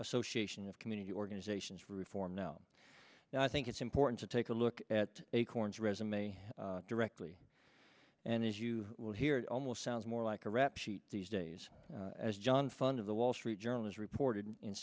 association of community organizations for reform now i think it's important to take a look at acorn's resume directly and as you will hear it almost sounds more like a rap sheet these days as john fund of the wall street journal has reported in